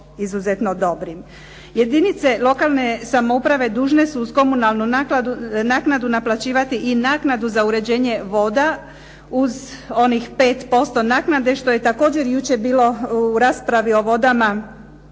izuzetno dobrim. Jedinice lokalne samouprave dužne su uz komunalnu naknadu naplaćivati i naknadu za uređenje voda, uz onih 5% naknade što je također jučer bilo u raspravi o vodama